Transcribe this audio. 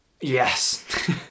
Yes